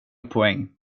poäng